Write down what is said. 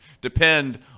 depend